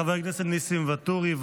חבר הכנסת ניסים ואטורי,